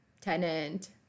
tenant